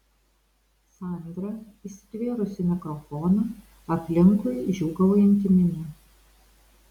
sandra įsitvėrusi mikrofoną aplinkui džiūgaujanti minia